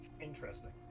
Interesting